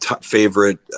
favorite